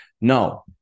No